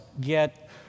get